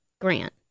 grant